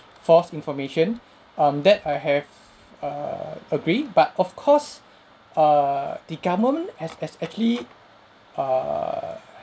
false information um that I have err agree but of course err the government has has as actually err